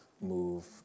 move